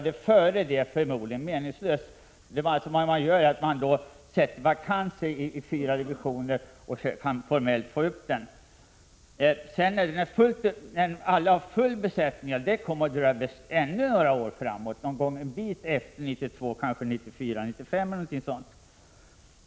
Det skulle vara meningslöst att genomföra detta med vakanser i redan befintliga divisioner.